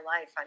life